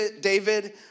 David